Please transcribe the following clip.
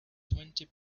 twenty